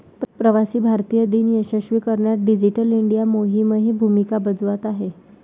प्रवासी भारतीय दिन यशस्वी करण्यात डिजिटल इंडिया मोहीमही भूमिका बजावत आहे